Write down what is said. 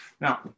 Now